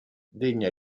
degna